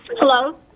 Hello